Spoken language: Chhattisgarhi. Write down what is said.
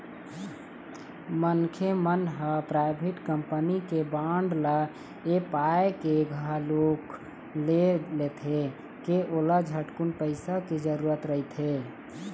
मनखे मन ह पराइवेट कंपनी के बांड ल ऐ पाय के घलोक ले लेथे के ओला झटकुन पइसा के जरूरत रहिथे